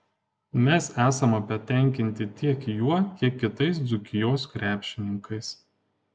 mes esame patenkinti tiek juo tiek kitais dzūkijos krepšininkais